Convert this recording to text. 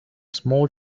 small